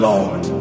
Lord